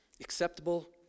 acceptable